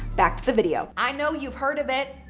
back to the video. i know you've heard of it.